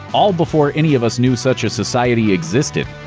all before any of us knew such a society existed.